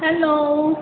hello